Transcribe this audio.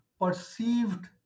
perceived